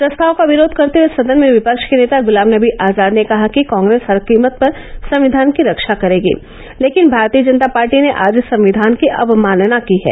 प्रस्ताव का विरोध करते हुए सदन में विपक्ष के नेता गुलाम नबी आजाद ने कहा कि कांग्रेस हर कीमत पर संविधान की रक्षा करेगी लेकिन भारतीय जनता पार्टी ने आज संविधान की अवमानना की है